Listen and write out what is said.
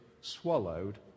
swallowed